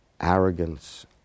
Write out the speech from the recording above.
arrogance